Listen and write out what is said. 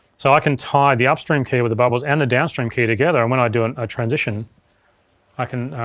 so i can tie the upstream keyer with the bubbles and the downstream keyer together and when i do and a transition i can,